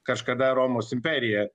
kažkada romos imperija